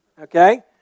okay